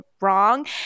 wrong